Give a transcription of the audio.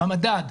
במדד,